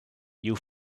you